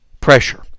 pressure